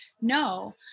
No